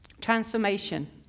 Transformation